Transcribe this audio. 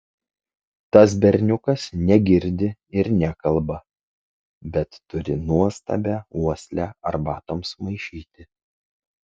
tas berniukas negirdi ir nekalba bet turi nuostabią uoslę arbatoms maišyti